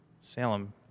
Salem